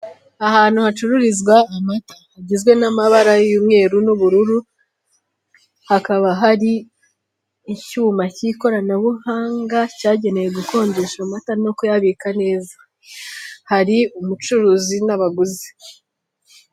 Ahantu hacururizwa amata hagizwe n'amabara y'umweru n'ubururu hakaba hari icyuma k'ikoranabuhanga cyagenewe gukonjesha amata no kuyabika neza. Hari umucuruzi n'abaguzi.